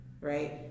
right